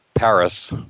Paris